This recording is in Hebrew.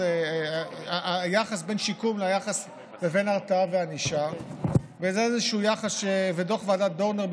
היחס בין שיקום לבין הרתעה וענישה ועל דוח ועדת דורנר,